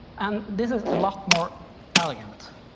and this is a lot more elegant.